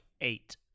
eight